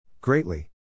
Greatly